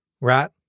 Right